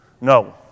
No